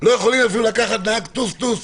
לא יכולות אפילו לקחת נהג טוסטוס,